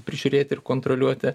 prižiūrėti ir kontroliuoti